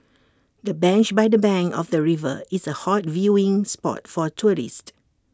the bench by the bank of the river is A hot viewing spot for tourists